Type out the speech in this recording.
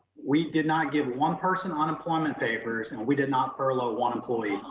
we did not give one person ah unemployment papers and we did not furlough one employee.